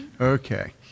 Okay